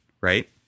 Right